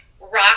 rock